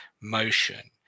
motion